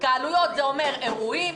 התקהלויות זה אירועים,